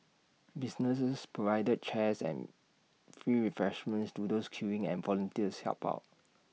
businesses provided chairs and free refreshments to those queuing and volunteers helped out